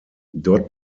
dort